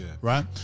right